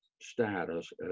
status